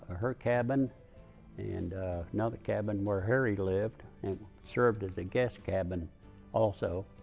her cabin and another cabin where harry lived, and served as a guest cabin also.